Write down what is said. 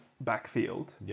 backfield